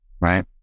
right